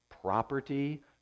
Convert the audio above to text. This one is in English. property